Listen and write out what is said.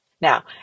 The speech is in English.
Now